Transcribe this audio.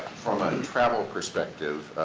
from a travel perspective,